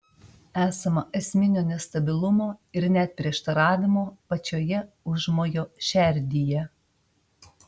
esama esminio nestabilumo ir net prieštaravimo pačioje užmojo šerdyje